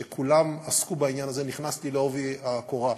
שכולם עסקו בעניין הזה, נכנסתי בעובי הקורה.